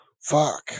Fuck